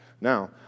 Now